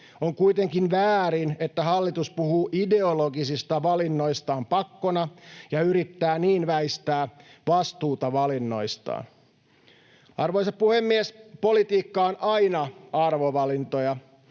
On kuitenkin väärin, että hallitus puhuu ideologisista valinnoistaan pakkona ja yrittää niin väistää vastuuta valinnoistaan. Arvoisa puhemies! Politiikka on aina arvovalintoja.